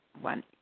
one